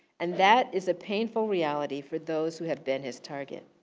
and that is a painful reality for those who have been his target.